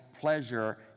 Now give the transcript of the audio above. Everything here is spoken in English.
pleasure